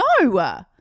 No